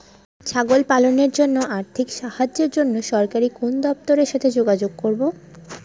ছাগল পালনের জন্য আর্থিক সাহায্যের জন্য সরকারি কোন দপ্তরের সাথে যোগাযোগ করব?